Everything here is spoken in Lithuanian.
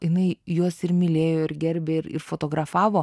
jinai juos ir mylėjo ir gerbė ir fotografavo